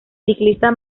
ciclista